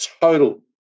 total